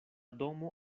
domo